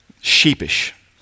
sheepish